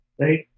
right